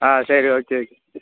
ஆ சரி okay okay